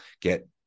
get